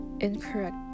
incorrect